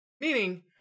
Meaning